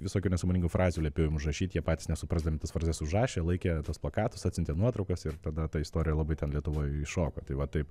visokių nesąmoningų frazių liepiau jiem užrašyt jie patys nesuprasdami tas frazes užrašė laikė tuos plakatus atsiuntė nuotraukas ir tada ta istorija labai ten lietuvoj iššoko tai va taip